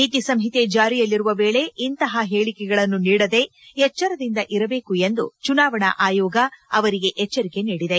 ನೀತಿ ಸಂಹಿತೆ ಜಾರಿಯಲ್ಲಿರುವ ವೇಳೆ ಇಂತಹ ಹೇಳಿಕೆಗಳನ್ನು ನೀಡದೆ ಎಚ್ಲರದಿಂದ ಇರಬೇಕು ಎಂದು ಚುನಾವಣಾ ಆಯೋಗ ಅವರಿಗೆ ಎಚ್ಲರಿಕೆ ನೀಡಿದೆ